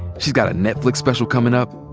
she's got a netflix special comin' up,